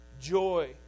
Joy